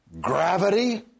Gravity